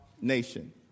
nation